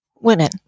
women